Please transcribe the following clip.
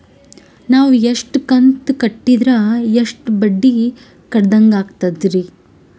ನಾವು ಇಷ್ಟು ಕಂತು ಕಟ್ಟೀದ್ರ ಎಷ್ಟು ಬಡ್ಡೀ ಕಟ್ಟಿದಂಗಾಗ್ತದ್ರೀ?